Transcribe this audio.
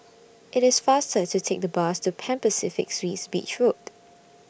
IT IS faster to Take The Bus to Pan Pacific Suites Beach Road